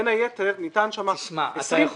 אתה יכול